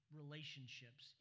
relationships